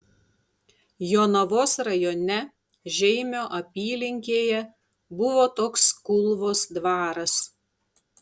jonavos rajone žeimio apylinkėje buvo toks kulvos dvaras